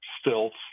stilts